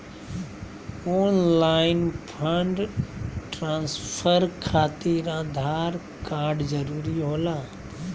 Online fund transfer खातिर Aadhaar card जरूरी होला?